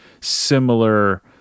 similar